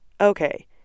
okay